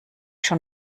schon